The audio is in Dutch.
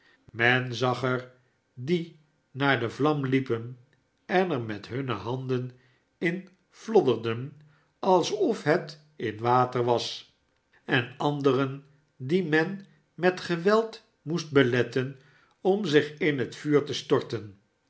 men zag er die naar de vlam liepen en er met hunne handen in flodderden alsof het in water was en anderen die men met geweld moest beletten om zich in het vuur te storten